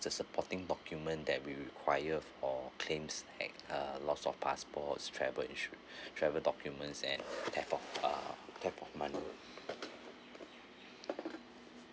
the supporting document that we will require for claims like uh loss of passports travel insurance travel documents and theft of uh theft of money